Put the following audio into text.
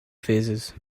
phases